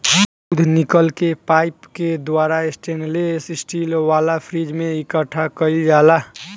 दूध निकल के पाइप के द्वारा स्टेनलेस स्टील वाला फ्रिज में इकठ्ठा कईल जाला